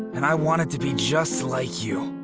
and i wanted to be just like you.